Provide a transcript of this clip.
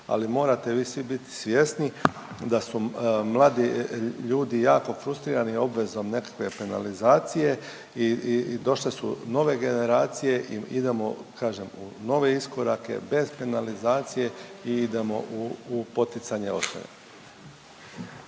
ali morate vi svi biti svjesni da su mladi ljudi jako frustrirani obveznom nekakve penalizacije i došle su nove generacije i idemo kažem u nove iskorake bez penalizacije i idemo u poticanje